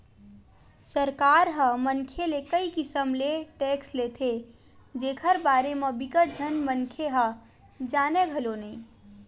सरकार ह मनखे ले कई किसम ले टेक्स लेथे जेखर बारे म बिकट झन मनखे ह जानय घलो नइ